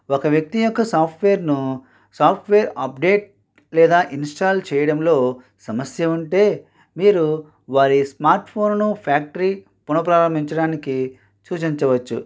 ఒక వ్యక్తి యొక్క సాఫ్ట్వేర్ను సాఫ్ట్వేర్ అప్డేట్ లేదా ఇన్స్టాల్ చేయడంలో సమస్య ఉంటే మీరు వారి స్మార్ట్ఫోన్ను ఫ్యాక్టరీ పునః ప్రారంభించడానికి సూచించవచ్చు